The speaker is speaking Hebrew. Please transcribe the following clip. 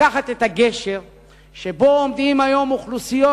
לקחת את הגשר שבו עומדות היום אוכלוסיות,